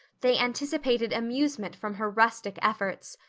they anticipated amusement from her rustic efforts.